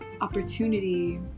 opportunity